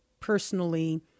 personally